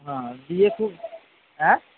হ্যাঁ দিয়ে খুব অ্যাঁ